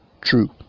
true